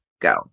go